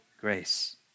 grace